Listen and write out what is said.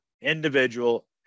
individual